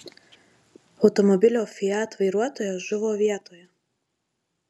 automobilio fiat vairuotojas žuvo vietoje